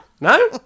No